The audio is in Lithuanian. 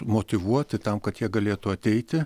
motyvuoti tam kad jie galėtų ateiti